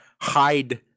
hide